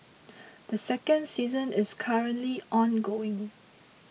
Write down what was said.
the second season is currently ongoing